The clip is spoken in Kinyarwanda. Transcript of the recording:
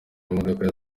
imodoka